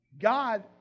God